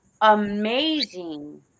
amazing